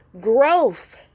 Growth